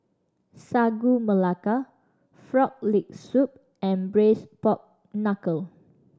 Sagu Melaka Frog Leg Soup and braise pork knuckle